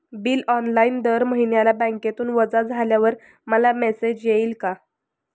Bill online दर महिन्याला बँकेतून वजा झाल्यावर मला मेसेज येईल का?